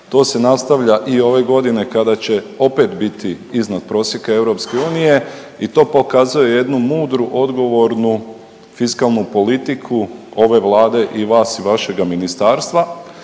To se nastavlja i ove godine kada će opet biti iznad prosjeka EU i to pokazuje jednu mudru, odgovornu fiskalnu politiku ove Vlade i vas i vašega ministarstva.